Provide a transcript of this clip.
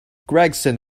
gregson